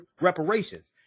reparations